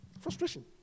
Frustration